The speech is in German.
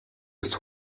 ist